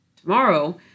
Tomorrow